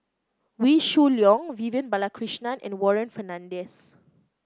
Wee Shoo Leong Vivian Balakrishnan and Warren Fernandez